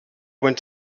went